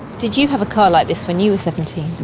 did you have a car like this when you were seventeen?